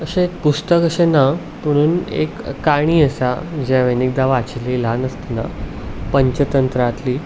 अशें एक पुस्तक अशें ना पुणून एक काणी आसा जी हांवें एकदां वाचिल्ली ल्हान आसतना पंचतंत्रांतली